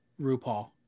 RuPaul